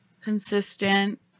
consistent